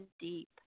deep